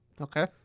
Okay